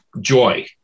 joy